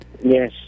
Yes